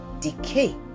decay